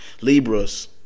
Libras